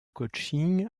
coaching